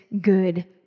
good